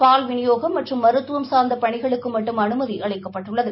பால் விநியோகம் மற்றும் மருத்துவம் சார்ந்த பணிகளுக்கு மட்டும் அனுமதி அளிக்கப்பட்டுள்ளது